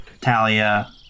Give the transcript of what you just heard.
Talia